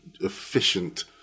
efficient